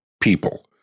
people